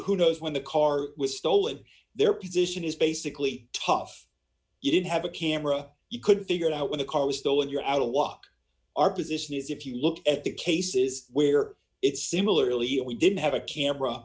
who knows when the car was stolen their position is basically tough you didn't have a camera you could figure out where the car was still and you're out of luck our position is if you look at the cases where it's similarly if we didn't have a camera